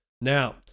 Now